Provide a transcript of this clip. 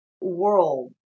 world